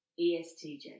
ESTJ